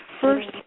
first